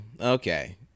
Okay